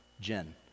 Jen